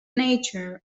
nature